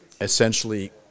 essentially